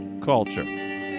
Culture